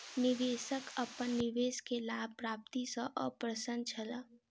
निवेशक अपन निवेश के लाभ प्राप्ति सॅ अप्रसन्न छला